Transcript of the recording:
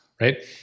right